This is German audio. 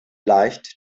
leicht